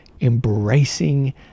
embracing